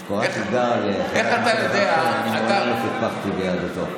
את קוראת תיגר, לא פקפקתי ביהדותו.